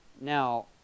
Now